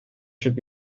should